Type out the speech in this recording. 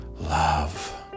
love